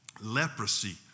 leprosy